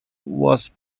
was